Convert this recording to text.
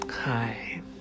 hi